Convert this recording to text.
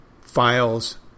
files